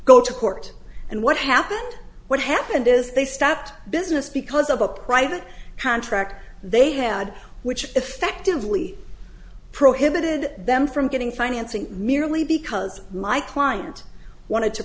go to court and what happened what happened is they stopped business because of a private contract they had which effectively prohibited them from getting financing merely because my client wanted to